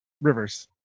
Rivers